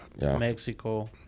Mexico